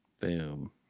Boom